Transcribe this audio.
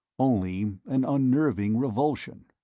only an unnerving revulsion.